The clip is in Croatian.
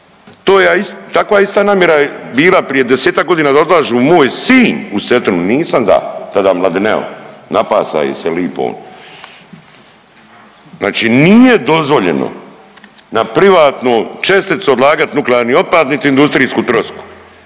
Takva ista namjera je bila prije desetak godina da odlažu u moj Sinj uz Cetinu nisam da, tada Mladineo napa …, znači nije dozvoljeno na privatnu česticu odlagat nuklearni otpad niti industrijsku trosku